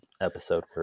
episode